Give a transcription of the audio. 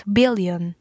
billion